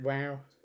Wow